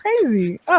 Crazy